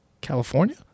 California